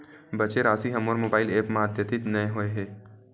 बचे राशि हा मोर मोबाइल ऐप मा आद्यतित नै होए हे